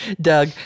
Doug